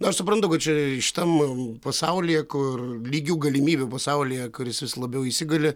nu aš suprantu kad čia šitam pasaulyje kur lygių galimybių pasaulyje kuris vis labiau įsigali